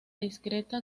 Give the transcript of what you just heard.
discreta